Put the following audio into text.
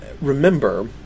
Remember